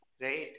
Right